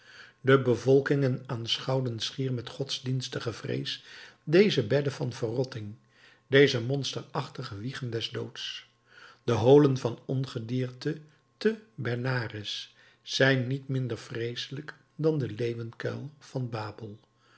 de bevolkingen aanschouwden schier met godsdienstige vrees deze bedden van verrotting deze monsterachtige wiegen des doods de holen van ongedierte te benares zijn niet minder vreeselijk dan de leeuwenkuil van babel